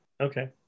Okay